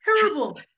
terrible